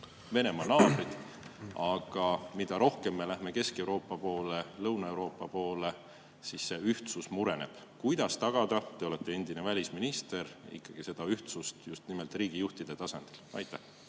Venemaa naabrid, aga mida rohkem me lähme Kesk-Euroopa poole, Lõuna-Euroopa poole, see enam ühtsus mureneb. Kuidas tagada – te olete endine välisminister – ikkagi seda ühtsust just nimelt riigijuhtide tasandil? Aitäh!